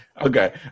Okay